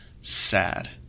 sad